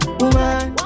woman